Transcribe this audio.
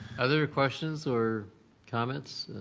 other questions or comments?